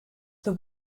the